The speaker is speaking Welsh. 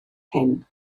hyn